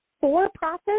for-profit